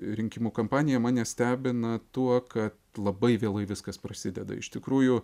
rinkimų kampanija mane stebina tuo kad labai vėlai viskas prasideda iš tikrųjų